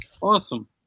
awesome